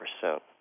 percent